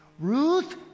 Ruth